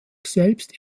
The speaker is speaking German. selbst